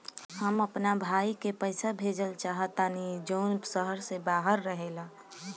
हम अपना भाई के पइसा भेजल चाहत बानी जउन शहर से बाहर रहेला